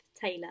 Taylor